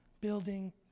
building